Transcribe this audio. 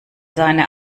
seine